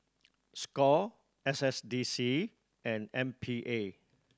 score S S D C and M P A